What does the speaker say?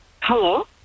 Hello